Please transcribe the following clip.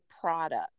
product